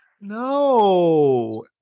No